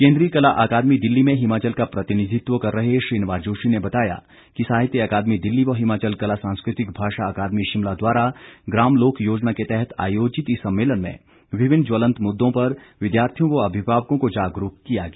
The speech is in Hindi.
केंद्रीय कला अकादमी दिल्ली में हिमाचल का प्रतिनिधित्व कर रहे श्रीनिवास जोशी ने बताया कि साहित्य अकादमी दिल्ली व हिमाचल कला सांस्कृतिक भाषा अकादमी शिमला द्वारा ग्राम लोक योजना के तहत आयोजित इस सम्मेलन में विभिन्न ज्वलंत मुद्दों पर विद्यार्थियों व अभिभावकों को जागरूक किया गया